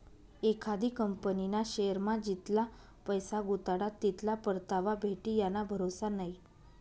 एखादी कंपनीना शेअरमा जितला पैसा गुताडात तितला परतावा भेटी याना भरोसा नै